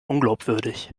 unglaubwürdig